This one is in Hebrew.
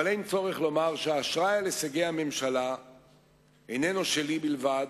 אבל אין צורך לומר שהאשראי על הישגי הממשלה איננו שלי בלבד,